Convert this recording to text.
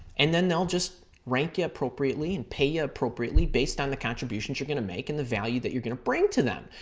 and then they'll just rank you appropriately and pay you appropriately based on the contributions you're going to make and the value that you're going to bring to them.